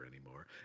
anymore